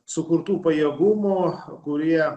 sukurtų pajėgumų kurie